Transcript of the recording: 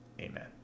Amen